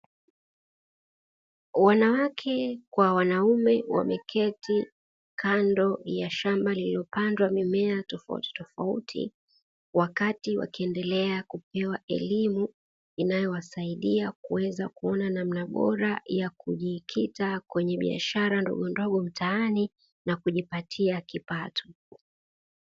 Wanawake kwa wanaume wameketi kando ya shamba lililopandwa mimea tofauti tofauti, wakati wakiendelea kupewa elimu inayowasaidia kuweza kuona namna bora ya kujikita kwenye biashara ndogondogo mtaani na kujipatia kipato.